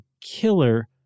killer